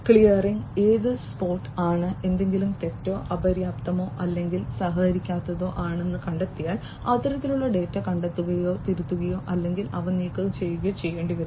clearing എന്നത് spot ആണ് എന്തെങ്കിലും തെറ്റോ അപര്യാപ്തമോ അല്ലെങ്കിൽ സഹകരിക്കാത്തതോ ആണെന്ന് കണ്ടെത്തിയാൽ അത്തരത്തിലുള്ള ഡാറ്റ കണ്ടെത്തുകയോ തിരുത്തുകയോ അല്ലെങ്കിൽ അവ നീക്കം ചെയ്യുകയോ ചെയ്യേണ്ടിവരും